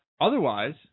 otherwise